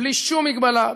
בלי שום מגבלה,